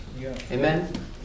Amen